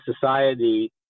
society